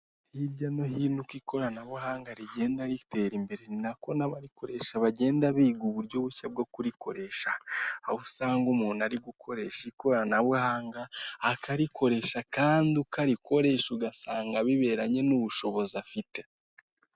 Umuntu wambaye umupira wa oranje wicaye mu ntebe ya purasitike wegamye, inyuma ye hari utubati tubiri tubikwamo, kamwe gasa umweru akandi gasa kacyi harimo ibikoresho bitandukanye.